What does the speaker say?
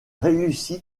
réussit